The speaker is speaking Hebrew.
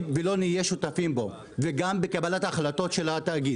ולא נהיה שותפים בו וגם בקבלת ההחלטות שלו.